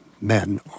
men